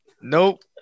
Nope